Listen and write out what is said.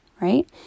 right